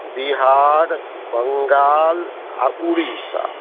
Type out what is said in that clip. बिहार बंगाल आ उड़ीसा